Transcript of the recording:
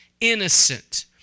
innocent